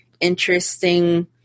interesting